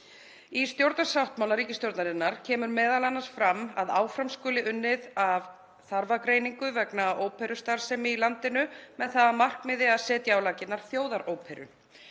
Í stjórnarsáttmála ríkisstjórnarinnar kemur m.a. fram að áfram skuli unnið að þarfagreiningu vegna óperustarfsemi í landinu með það að markmiði að setja á laggirnar þjóðaróperu.